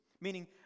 Meaning